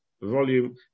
volume